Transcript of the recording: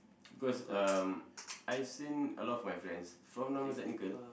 cause um I've seen a lot of my friends from normal technical